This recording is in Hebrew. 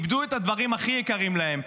איבדו את הדברים הכי יקרים להם,